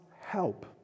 help